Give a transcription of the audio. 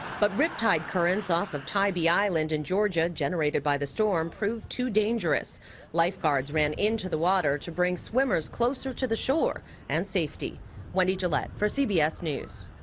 but riptide currents off of tybee island in georgia generated by the storm proved too dangerouslifeguards ran into the water to bring swimmers closer to the shore and safety wendy gillette, for cbs news.